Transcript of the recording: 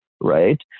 right